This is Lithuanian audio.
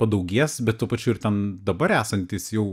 padaugės bet tuo pačiu ir ten dabar esantys jau